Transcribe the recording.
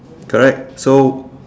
correct so